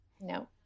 No